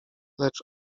lecz